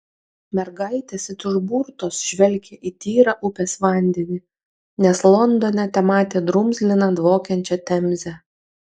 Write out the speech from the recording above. mergaitės it užburtos žvelgė į tyrą upės vandenį nes londone tematė drumzliną dvokiančią temzę